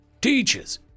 Teachers